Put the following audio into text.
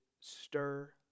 stir